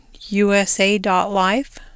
USA.life